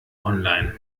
online